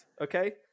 Okay